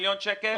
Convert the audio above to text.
מיליון שקל.